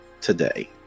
today